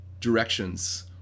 directions